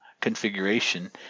configuration